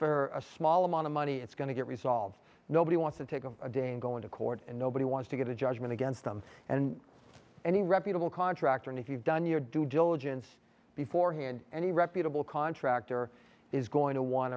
for a small amount of money it's going to get resolved nobody wants to take a day and go into court and nobody wants to get a judgment against them and any reputable contractor and if you've done your due diligence before hand any reputable contractor is going to want